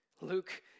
Luke